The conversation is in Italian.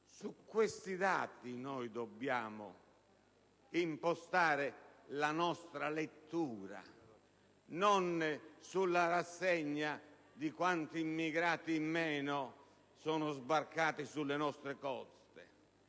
Su questi dati dobbiamo impostare la nostra lettura, non sulla rassegna di quanti immigrati in meno sono sbarcati sulle nostre coste.